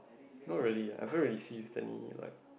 not really ah have you recieved any like